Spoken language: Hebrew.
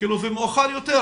ומאוחר יותר,